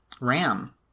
Ram